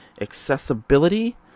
accessibility